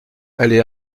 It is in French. allez